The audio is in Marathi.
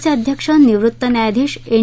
आयोगाचे अध्यक्ष निवृत्त न्यायाधीश एन